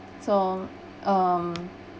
so um